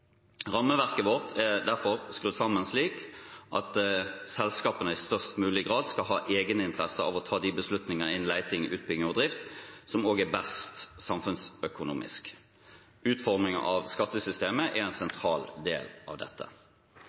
Rammeverket vårt er derfor skrudd sammen slik at selskapene i størst mulig grad skal ha egeninteresse av å ta de beslutninger innen leting, utbygging og drift som også er best samfunnsøkonomisk. Utforming av skattesystemet er en sentral del av dette.